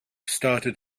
started